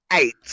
Eight